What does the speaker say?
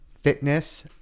fitness